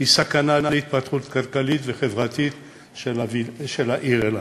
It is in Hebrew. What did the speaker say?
הוא סכנה להתפתחות הכלכלית והחברתית של העיר אילת.